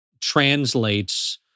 translates